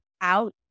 out